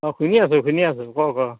অঁ শুনি আছোঁ শুনি আছোঁ ক ক